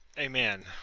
amen.